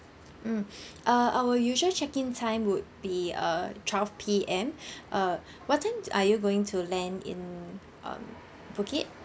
mm uh our usual check in time would be err twelve P_M err what time are you going to land in um bukit